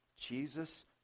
Jesus